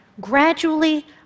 Gradually